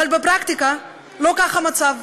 אבל בפרקטיקה לא כך המצב.